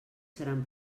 seran